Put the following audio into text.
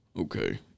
Okay